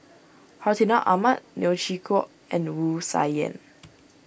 Hartinah Ahmad Neo Chwee Kok and Wu Tsai Yen